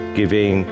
giving